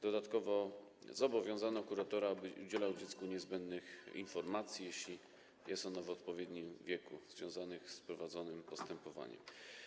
Dodatkowo zobligowano kuratora, aby udzielał dziecku niezbędnych informacji, jeśli jest ono w odpowiednim wieku, związanych z prowadzonym postępowaniem.